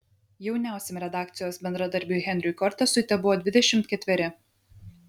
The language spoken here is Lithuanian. jauniausiam redakcijos bendradarbiui henriui kortesui tebuvo dvidešimt ketveri